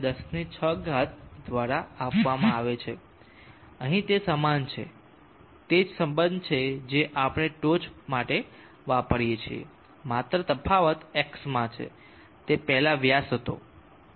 38x106 દ્વારા આપવામાં આવે છે અહીં તે સમાન છે તે જ સંબંધ છે જે આપણે ટોચ માટે વાપરીએ છીએ માત્ર તફાવત X માં છે તે પેહલા વ્યાસ હતો જે 0